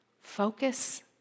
focus